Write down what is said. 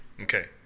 Okay